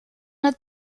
het